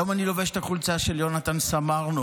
היום אני לובש את החולצה של יונתן סמרנו,